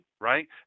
right